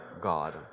God